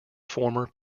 former